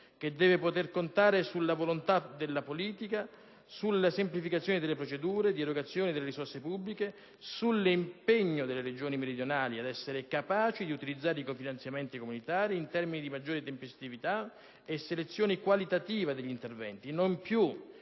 che deve poter contare sulla volontà della politica, sulla semplificazione delle procedure di erogazione delle risorse pubbliche, sull'impegno e la capacità delle Regioni meridionali ad utilizzare i cofinanziamenti comunitari in termini di maggiore tempestività e selezione qualitativa degli interventi, e